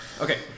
Okay